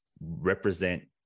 represent